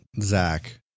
zach